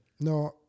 No